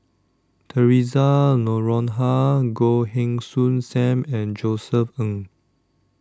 Theresa Noronha Goh Heng Soon SAM and Josef Ng